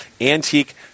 antique